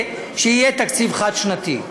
שיהיה תקציב חד-שנתי.